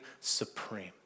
supreme